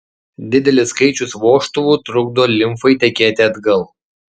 didelis skaičius vožtuvų trukdo limfai tekėti atgal